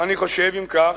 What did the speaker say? ואני חושב, אם כך,